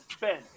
Ben